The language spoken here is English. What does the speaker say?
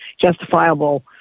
justifiable